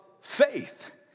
faith